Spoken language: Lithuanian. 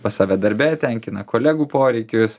pas save darbe tenkina kolegų poreikius